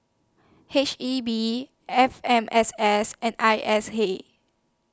H E B F M S S and I S A